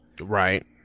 Right